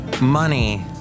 money